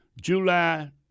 July